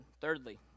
thirdly